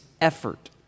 effort